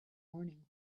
morning